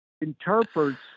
interprets